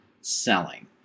selling